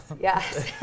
Yes